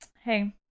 Hey